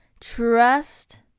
Trust